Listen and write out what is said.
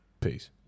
Peace